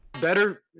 Better